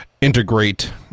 integrate